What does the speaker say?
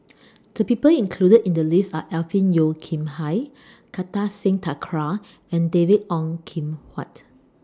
The People included in The list Are Alvin Yeo Khirn Hai Kartar Singh Thakral and David Ong Kim Huat